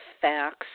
facts